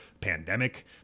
pandemic